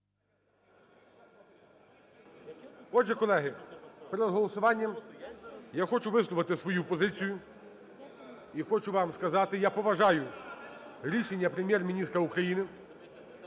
Отже, колеги, перед голосуванням я хочу висловити свою позицію. І хочу вам сказати, я поважаю рішення Прем’єр-міністра України